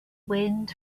wind